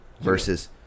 versus